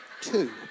two